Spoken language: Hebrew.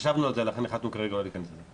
חשבנו על זה, לכן החלטנו כרגע לא להיכנס לזה.